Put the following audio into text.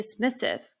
dismissive